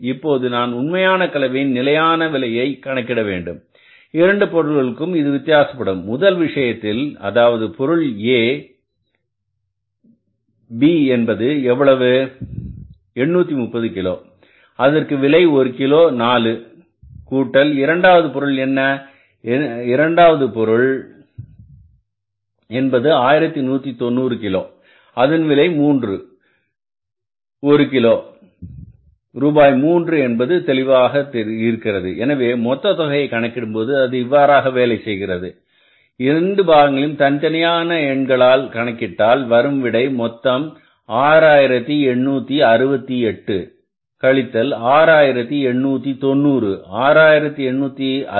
இப்போது நான் உண்மையான கலவையின் நிலையான விலையை கணக்கிட வேண்டும் இரண்டு பொருட்களுக்கும் இது வித்தியாசப்படும் முதல் விஷயத்தில் அதாவது பொருள் A B என்பது எவ்வளவு 830 கிலோ அதற்கு விலை ஒரு கிலோ நாலு ரூபாய் கூட்டல் இரண்டாவது பொருள் என்ன இரண்டாவது பொருள் என்பது 1190 கிலோ அதன் விலை ரூபாய் 3 விலை ஒரு கிலோ ரூபாய் மூன்று என்பது தெளிவாக இருக்கிறது எனவே மொத்த தொகையை கணக்கிடும் போது அது இவ்வாறாக வேலை செய்கிறது இந்த இரண்டு பாகங்களையும் தனித்தனி எண்களால் கணக்கிட்டால் வரும் விடை மொத்தம் ரூபாய் 6868 கழித்தல் ரூபாய் 6890